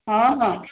ହଁ ହଁ